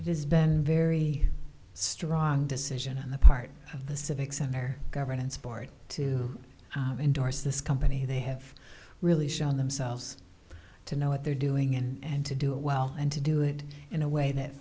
there's been very strong decision on the part of the civic center governance board to endorse this company they have really shown themselves to know what they're doing and to do it well and to do it in a way that